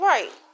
Right